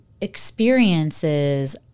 experiences